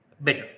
better